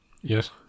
Yes